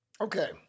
Okay